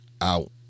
out